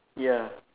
ya